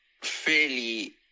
fairly